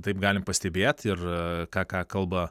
taip galim pastebėt ir ką ką kalba